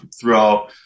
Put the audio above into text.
throughout